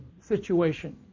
situation